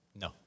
No